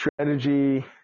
strategy